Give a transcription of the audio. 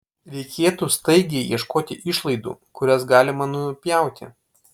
reikėtų staigiai ieškoti išlaidų kurias galima nupjauti